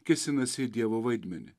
kėsinasi į dievo vaidmenį